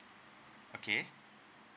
okay